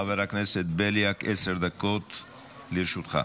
חבר הכנסת בליאק, עשר דקות לרשותך.